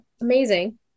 Amazing